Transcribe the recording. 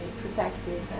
protected